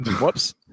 whoops